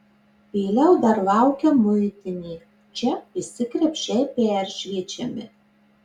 vėliau dar laukia muitinė čia visi krepšiai peršviečiami